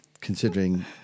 considering